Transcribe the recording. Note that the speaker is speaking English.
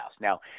now